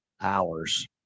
hours